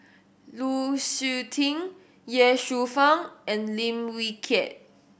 Lu Suitin Ye Shufang and Lim Wee Kiak